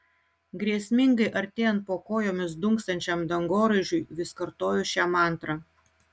grėsmingai artėjant po kojomis dunksančiam dangoraižiui vis kartoju šią mantrą